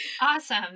Awesome